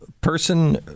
person